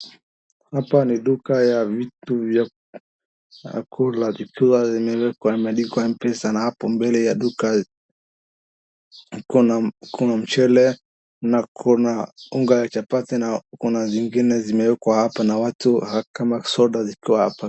Hapa ni duka ya vitu vya kula, duka limewekwa imeandikwa mpesa na hapo mbele ya duka kuna mchele na kuna unga ya chapati na kuna zingine zimewekwa hapa na watu kama soda zikiwa hapa.